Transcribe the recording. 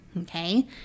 Okay